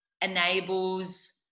enables